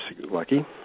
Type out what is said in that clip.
lucky